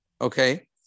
Okay